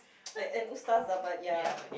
and and old stuff lah but ya